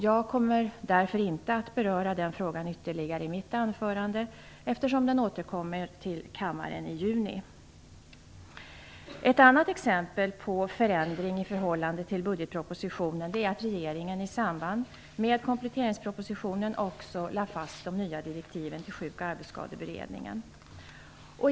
Jag kommer inte att beröra den frågan ytterligare i mitt anförande, eftersom den återkommer till kammaren i juni. Ett annat exempel på förändring i förhållande till budgetpropositionen är att regeringen i samband med kompletteringspropositionen också lade fast de nya direktiven till Sjuk och arbetsskadeberedningen.